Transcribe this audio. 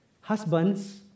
Husbands